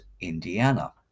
Indiana